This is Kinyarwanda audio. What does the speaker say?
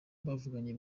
bavuganye